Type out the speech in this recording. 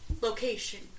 Location